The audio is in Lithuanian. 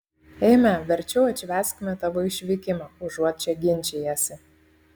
eime verčiau atšvęskime tavo išvykimą užuot čia ginčijęsi